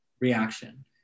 reaction